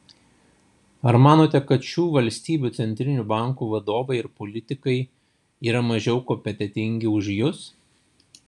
ar manote kad šių valstybių centrinių bankų vadovai ir politikai yra mažiau kompetentingi už jus